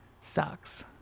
sucks